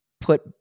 put